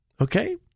Okay